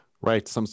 Right